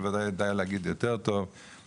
וודאי יידע להגיד יותר טוב,